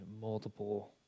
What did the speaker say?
multiple